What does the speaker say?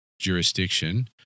jurisdiction